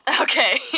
Okay